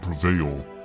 prevail